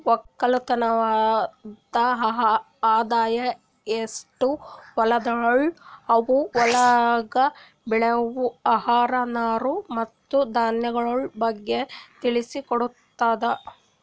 ಒಕ್ಕಲತನದ್ ಆದಾಯ, ಎಸ್ಟು ಹೊಲಗೊಳ್ ಅವಾ, ಹೊಲ್ದಾಗ್ ಬೆಳೆವು ಆಹಾರ, ನಾರು ಮತ್ತ ಧಾನ್ಯಗೊಳ್ ಬಗ್ಗೆನು ತಿಳಿಸಿ ಕೊಡ್ತುದ್